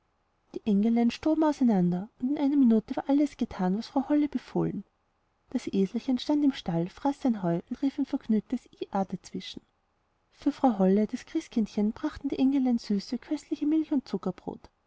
die engelein stoben auseinander und in einer minute war alles getan was frau holle befohlen das eselchen stand im stall fraß sein heu und rief ein vergnügtes jah dazwischen für frau holle und christkindchen brachten die engelein süße köstliche milch und zuckerbrot